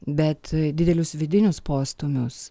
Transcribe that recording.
bet didelius vidinius postūmius